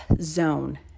zone